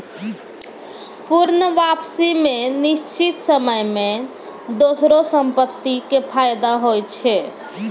पूर्ण वापसी मे निश्चित समय मे दोसरो संपत्ति के फायदा होय छै